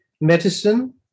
medicine